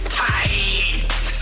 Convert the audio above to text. tight